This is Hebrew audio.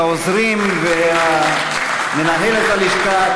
העוזרים ומנהלת הלשכה,